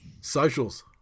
Socials